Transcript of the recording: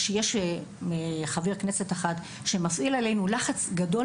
שיש חבר כנסת אחד שמפעיל עלינו לחץ גדול